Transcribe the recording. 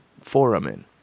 foramen